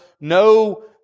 no